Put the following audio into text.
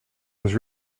was